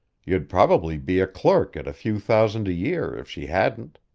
you'd probably be a clerk at a few thousand a year, if she hadn't.